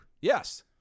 Yes